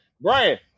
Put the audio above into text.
Brian